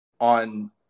on